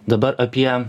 dabar apie